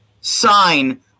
sign